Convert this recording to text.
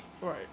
Right